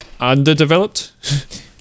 underdeveloped